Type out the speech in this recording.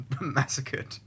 massacred